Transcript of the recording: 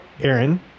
aaron